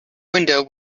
window